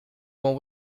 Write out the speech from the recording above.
when